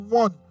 one